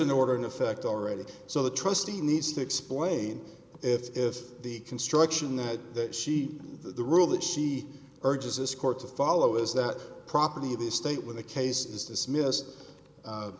an order in effect already so the trustee needs to explain if if the construction that she the rule that she urges this court to follow is that property of the state when the case is